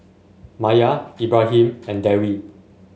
Maya Ibrahim and Dewi